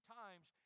times